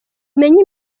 umenye